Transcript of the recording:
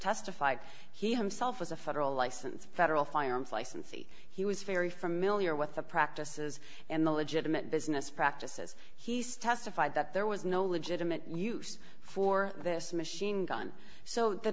testified he himself was a federal license federal firearms licensee he was very familiar with the practices and the legitimate business practice says he's testified that there was no legitimate use for this machine gun so the